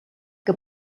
que